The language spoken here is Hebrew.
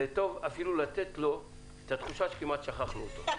זה טוב אפילו לתת לו את התחושה שכמעט שכחנו אותו.